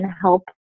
help